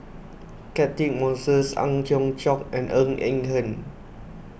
Catchick Moses Ang Hiong Chiok and Ng Eng Hen